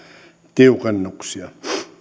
tiukennuksia